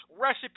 recipe